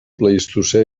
plistocè